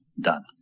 done